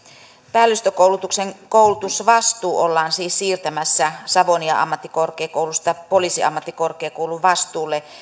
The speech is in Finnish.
päällystökoulutuksen koulutusvastuu ollaan siis siirtämässä savonia ammattikorkeakoulusta poliisiammattikorkeakoulun vastuulle